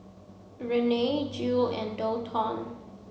Renae Jule and Daulton